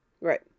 Right